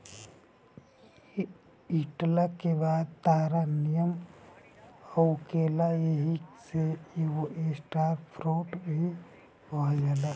इ कटला के बाद तारा नियन लउकेला एही से एके स्टार फ्रूट भी कहल जाला